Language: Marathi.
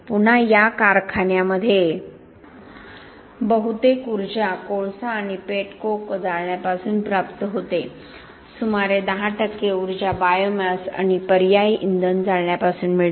पुन्हा या कारखान्यामध्ये बहुतेक ऊर्जा कोळसा आणि पेट कोक जाळण्यापासून प्राप्त होते सुमारे 10 ऊर्जा बायोमास आणि पर्यायी इंधन जाळण्यापासून मिळते